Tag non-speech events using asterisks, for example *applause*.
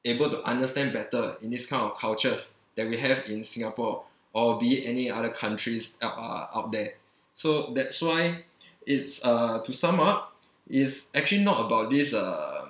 able to understand better in this kind of cultures that we have in singapore or be it any other countries uh out there so that's why *breath* it's uh to sum up is actually not about this err